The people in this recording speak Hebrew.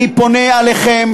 אני פונה אליכם,